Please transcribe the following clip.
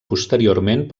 posteriorment